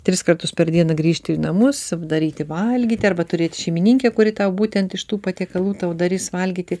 tris kartus per dieną grįžti į namus sau daryti valgyti arba turėti šeimininkę kuri tau būtent iš tų patiekalų tau darys valgyti